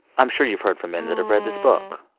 i'm sure you've heard from men that have read this book